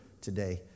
today